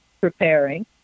preparing